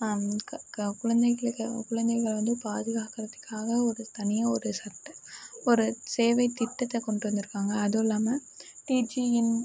க க குழந்தைகளுக்காக குழந்தைகளை வந்து பாதுகாக்குறதுக்காக ஒரு தனியாக ஒரு சட்ட ஒரு சேவை திட்டத்தை கொண்டு வந்திருக்காங்க அதுவும் இல்லாமல்